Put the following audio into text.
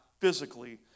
physically